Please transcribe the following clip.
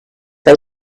they